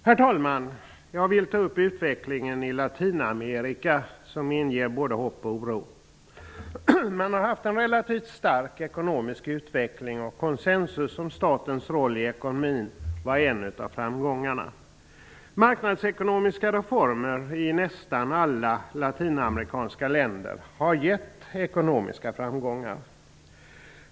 Herr talman! Jag vill ta upp utvecklingen i Latinamerika som inger både hopp och oro. Man har där haft en realtivt stark ekonomisk utveckling. Konsensus om statens roll i ekonomin var en av framgångarna. Marknadsekonomiska reformer i nästan alla latinamerikanska länder har lett till ekonomiska framgångar.